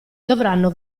dovranno